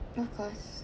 of course